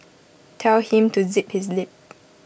tell him to zip his lip